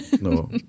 No